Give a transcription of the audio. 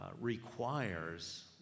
requires